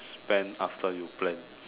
spend after you plan